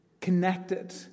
connected